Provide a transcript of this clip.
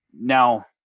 Now